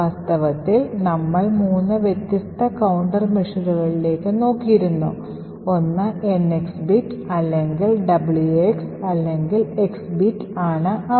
വാസ്തവത്തിൽ നമ്മൾ മൂന്ന് വ്യത്യസ്ത കൌണ്ടർ മെഷറുകളിലേക്ക് നോക്കിയിരുന്നു ഒന്ന് NX ബിറ്റ് അല്ലെങ്കിൽ WX അല്ലെങ്കിൽ X ബിറ്റ് ആണ് അവ